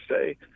say